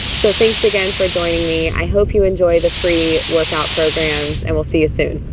so thanks again for joining me. i hope you enjoy the free workout programs and we'll see you soon